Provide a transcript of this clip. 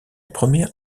première